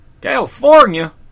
California